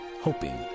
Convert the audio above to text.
hoping